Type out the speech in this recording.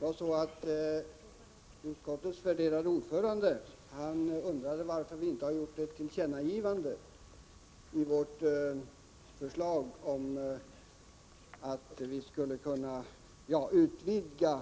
Herr talman! Utskottets värderade ordförande undrade varför vi inte tagit med något tillkännagivande i vårt förslag när det gäller att utvidga